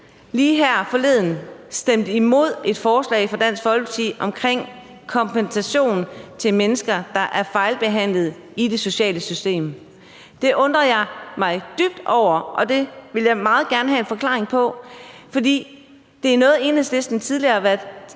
lige her forleden stemte imod et forslag fra Dansk Folkeparti om kompensation til mennesker, der er fejlbehandlet i det sociale system? Det undrer mig dybt, og det vil jeg meget gerne have en forklaring på. For det er noget, Enhedslisten tidligere har